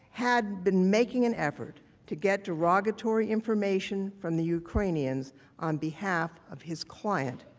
had been making an effort to get derogatory information from the ukrainians on behalf of his client,